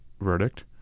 verdict